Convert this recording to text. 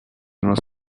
lance